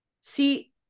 See